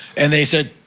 and they said,